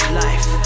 life